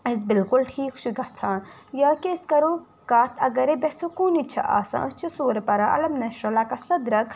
أسۍ بلکل ٹھیٖک چھُ گژھان یا کہِ أسۍ کَرو کتھ اگرہے بے سکوٗنی چھِ آسان أسۍ چھُ سورٕ پران الم نشّہرلک صدرک